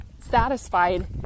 satisfied